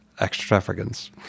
extravagance